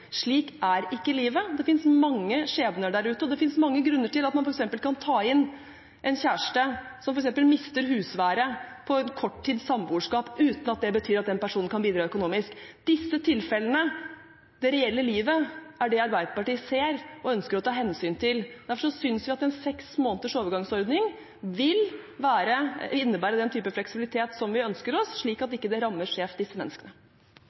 Slik er ikke livet. Det finnes mange skjebner der ute, og det er mange grunner til at man f.eks. kan ta inn en kjæreste som f.eks. mister husværet på et korttids samboerskap uten at det betyr at den personen kan bidra økonomisk. Disse tilfellene, det reelle livet, er det Arbeiderpartiet ser og ønsker å ta hensyn til. Derfor mener vi at en seks måneders overgangsordning vil innebære den type fleksibilitet som vi ønsker, slik at det ikke rammer skjevt disse menneskene.